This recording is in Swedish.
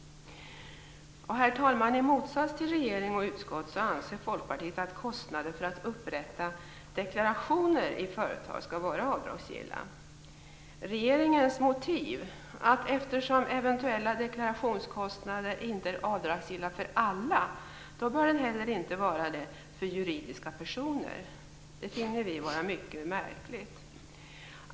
Herr talman! I motsats till regering och utskott anser Folkpartiet att kostnader för att upprätta deklarationer i företag skall vara avdragsgilla. Regeringens motiv är att eftersom eventuella deklarationskostnader inte är avdragsgilla för alla bör de inte heller vara det för juridiska personer. Det finner vi mycket märkligt.